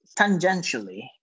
Tangentially